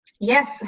Yes